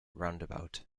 roundabout